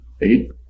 eight